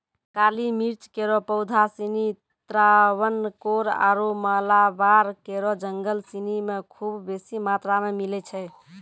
काली मिर्च केरो पौधा सिनी त्रावणकोर आरु मालाबार केरो जंगल सिनी म खूब बेसी मात्रा मे मिलै छै